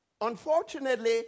Unfortunately